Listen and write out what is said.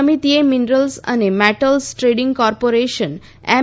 સમિતિએ મીનરલ્સ અને metals trading corporation એમ